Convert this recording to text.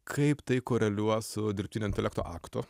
kaip tai koreliuos su dirbtinio intelekto aktu